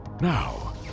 Now